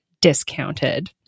discounted